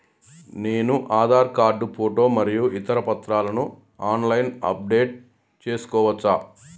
నేను Aadhaar card photo మరియు ఇతర పత్రాలను ఆన్ లైన్ అప్ డెట్ చేసుకోవచ్చా?